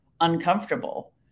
uncomfortable